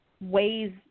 ways